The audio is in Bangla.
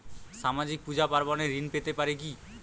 সামাজিক পূজা পার্বণে ঋণ পেতে পারে কি?